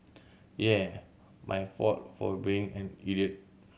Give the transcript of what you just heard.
yeah my fault for being an idiot